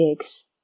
eggs